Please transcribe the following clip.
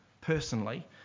personally